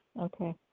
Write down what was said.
Okay